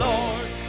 Lord